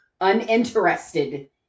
uninterested